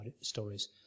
stories